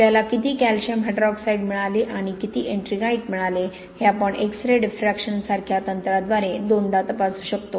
आपल्याला किती calcium hydroxide मिळाले आणि किती एट्रिंगाइट मिळाले हे आपण एक्स रे डिफ्रॅक्शन सारख्या तंत्राद्वारे दोनदा तपासू शकतो